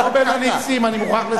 לא, לא, דווקא לא בין הנצים.